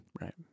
Right